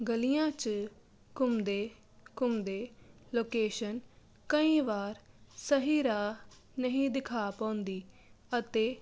ਗਲੀਆਂ 'ਚ ਘੁੰਮਦੇ ਘੁੰਮਦੇ ਲੋਕੇਸ਼ਨ ਕਈ ਵਾਰ ਸਹੀ ਰਾਹ ਨਹੀਂ ਦਿਖਾ ਪਾਉਂਦੀ ਅਤੇ